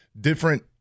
different